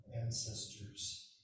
ancestors